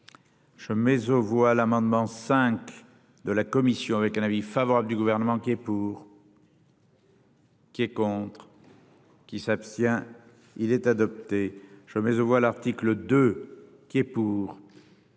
Je mais aux voix l'amendement. De la Commission avec un avis favorable du gouvernement qui est pour. Qui est contre. Qui s'abstient. Il est adopté. Je mets aux voix l'article 2 qui est pour.